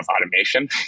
automation